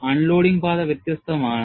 unloading പാത വ്യത്യസ്തമാണ്